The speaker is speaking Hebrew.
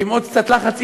ועם עוד קצת לחץ,